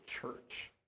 church